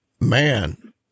man